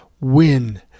win